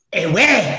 away